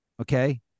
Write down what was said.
Okay